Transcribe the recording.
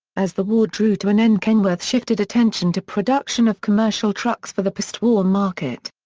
as the war drew to an end kenworth shifted attention to production of commercial trucks for the postwar market.